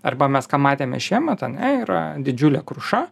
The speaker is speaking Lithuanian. arba mes ką matėme šiemet ane yra didžiulė kruša